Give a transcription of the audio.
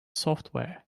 software